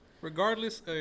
Regardless